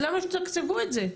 למה שתתקצבו את זה?